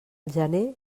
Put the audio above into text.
gener